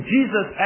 Jesus